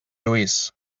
lluís